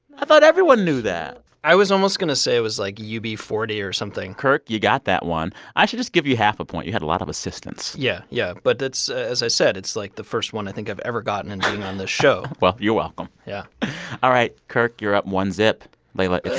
i thought everyone knew that i was almost going to say it was, like, u b four zero or something kirk, you got that one. i should just give you half a point. you had a lot of assistance yeah, yeah. but that's as i said, it's like the first one, i think, i've ever gotten in being on the show well, you're welcome yeah all right. kirk, you're up one zip yes leila, it's